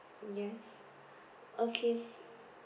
yes okays